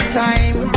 time